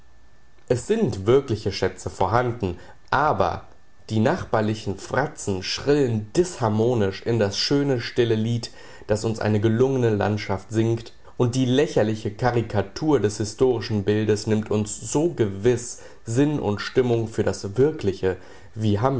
es sind wirkliche schätze vorhanden aber die nachbarlichen fratzen schrillen disharmonisch in das schöne stille lied das uns eine gelungene landschaft singt und die lächerliche karikatur des historischen bildes nimmt uns so gewiß sinn und stimmung für das wirkliche wie hamlet